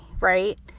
right